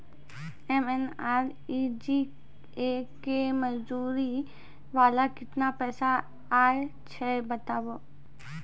MNREGA के मज़दूरी वाला केतना पैसा आयल छै बताबू?